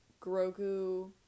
Grogu